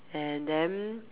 and then